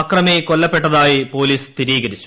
അക്രമി കൊല്ല പ്പെട്ടതായി പോലീസ് സ്ഥിരീകരിച്ചു